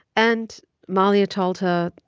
and mahlia told her,